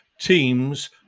teams